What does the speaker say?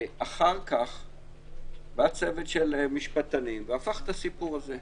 אחר כך בא צוות של משפטנים והפך את הסיכום הזה.